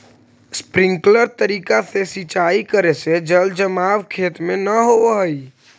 sprinkler तरीका से सिंचाई करे से जल जमाव खेत में न होवऽ हइ